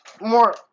more